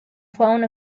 found